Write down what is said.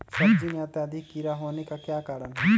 सब्जी में अत्यधिक कीड़ा होने का क्या कारण हैं?